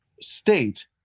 state